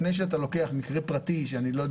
לפני שאתה לוקח מקרה פרטי שאני לא יודע